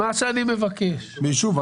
נירה שפק, בבקשה.